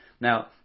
Now